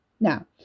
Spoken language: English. Now